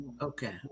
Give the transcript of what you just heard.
Okay